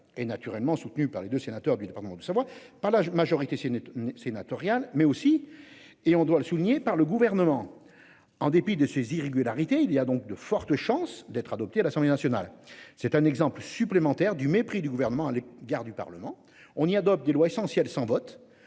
et naturellement soutenu par les deux sénateurs du département de Savoie, pas la majorité. C'est une sénatoriale mais aussi et on doit souligner par le gouvernement. En dépit de ces irrégularités. Il y a donc de fortes chances d'être adopté à l'Assemblée nationale. C'est un exemple supplémentaire du mépris du gouvernement à l'égard du Parlement. On y adopte des lois essentielles sans vote